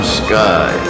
sky